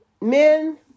Men